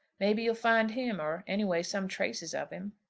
maybe you'll find him, or, any way, some traces of him.